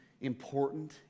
important